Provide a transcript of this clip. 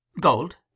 Gold